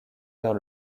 vers